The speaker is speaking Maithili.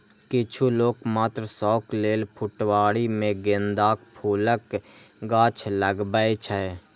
किछु लोक मात्र शौक लेल फुलबाड़ी मे गेंदाक फूलक गाछ लगबै छै